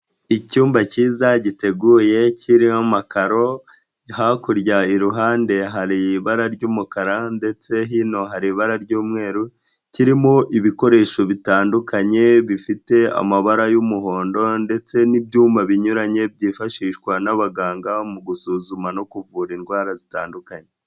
Icyumba cyiza giteguye kiriho amakaro, hakurya iruhande hari ibara ry'umukara ndetse hino hari ibara ry'umweru, kirimo ibikoresho bitandukanye, bifite amabara y'umuhondo ndetse n'ibyuma binyuranye byifashishwa n'abaganga mu gusuzuma no kuvura indwara zitandukanye.